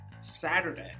Saturday